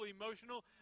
emotional